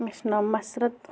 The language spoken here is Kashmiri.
مےٚ چھِ ناو مَسرَت